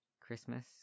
Christmas